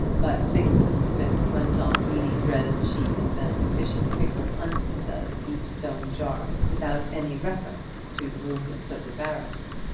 but sigismund smith went on eating bread and cheese, and fishing pickled onions out of a deep stone jar, without any reference to the movements of the barrister.